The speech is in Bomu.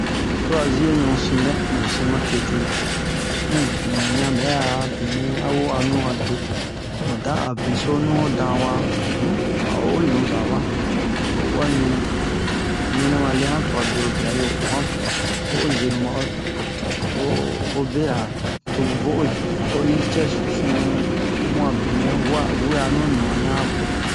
tua ziheɲu sin dɛ mu sin ma tete um mu yan bɛ'a benɛ a wo'anu a do mu dan a be sonu yo dan wa um a o'o ɲuza wa o uwa ɲu ɲu nɛ ma le han tua berobe a yo o han tua o'o zenu ma'o o bera tomu vo uwe oyi cɛ susun mu'a benɛ wa'a wu'anu non'on ɲa apo